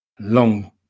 Long